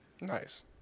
Nice